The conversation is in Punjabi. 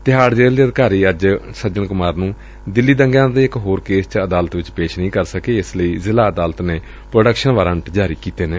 ਤਿਹਾੜ ਜੇਲ਼ ਦੇ ਅਧਿਕਾਰੀ ਅੱਜ ਸੱਜਣ ਕੁਮਾਰ ਨੂੰ ਦਿੱਲੀ ਦੰਗਿਆਂ ਦੇ ਇਕ ਹੋਰ ਕੇਸ ਵਿਚ ਅਦਾਲਤ ਵਿਚ ਪੇਸ਼ ਨਹੀਂ ਕਰ ਸਕੇ ਇਸ ਲਈ ਜ਼ਿਲ੍ਹਾ ਅਦਾਲਤ ਨੇ ਪ੍ਰੋਡਕਸ਼ਨ ਵਾਰੰਟ ਜਾਰੀ ਕੀਤੇ ਨੇ